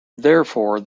therefore